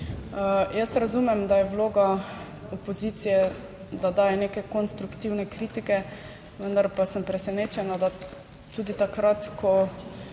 Jaz razumem, da je vloga opozicije, da daje neke konstruktivne kritike, vendar pa sem presenečena, da tudi takrat, ko